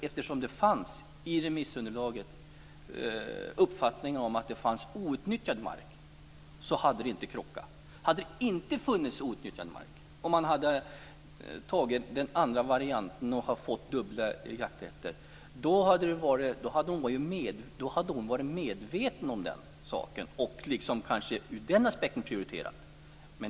Eftersom det i remissunderlaget fanns uppfattningar om att det fanns outnyttjad mark hade det inte krockat. Om det inte hade funnits outnyttjad mark och man hade tagit den andra varianten och hade fått dubbla jakträtter skulle hon ha varit medveten om den saken och kanske från den aspekten gjort en prioritering.